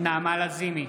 נעמה לזימי,